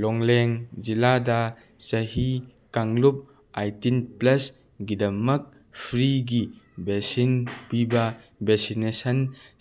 ꯂꯣꯡꯂꯦꯡ ꯖꯤꯂꯥꯗ ꯆꯍꯤ ꯀꯥꯡꯂꯨꯞ ꯑꯥꯏꯇꯤꯟ ꯄ꯭ꯂꯁꯒꯤꯗꯃꯛ ꯐ꯭ꯔꯤꯒꯤ ꯚꯦꯛꯁꯤꯟ ꯄꯤꯕ ꯚꯦꯛꯁꯤꯅꯦꯁꯟ